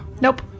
Nope